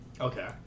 Okay